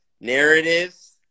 narratives